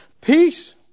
Peace